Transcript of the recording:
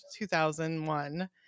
2001